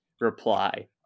reply